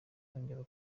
twongera